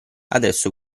adesso